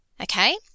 Okay